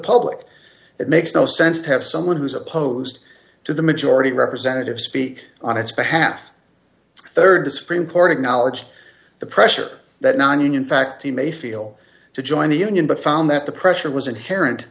public it makes no sense to have someone who's opposed to the majority representative speak on its behalf rd the supreme court acknowledged the pressure that nonunion fact he may feel to join the union but found that the pressure was inherent